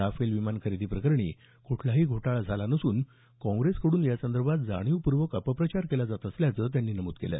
Rafale विमान खरेदी प्रकरणी कुठलाही घोटाळा झाला नसून काँग्रेसकडून यासंदर्भात जाणीवपूर्वक अपप्रचार केला जात असल्याचं त्यांनी नमूद केलं